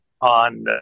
on